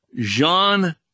Jean